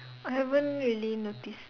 I haven't really notice